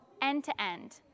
end-to-end